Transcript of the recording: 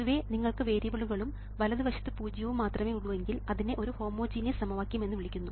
പൊതുവേ നിങ്ങൾക്ക് വേരിയബിളുകളും വലതുവശത്ത് പൂജ്യവും മാത്രമേ ഉള്ളൂവെങ്കിൽ അതിനെ ഒരു ഹോമോജീനിയസ് സമവാക്യം എന്ന് വിളിക്കുന്നു